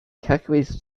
calculates